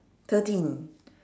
thirteen